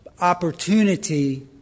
opportunity